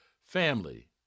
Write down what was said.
family